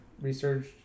research